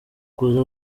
kuza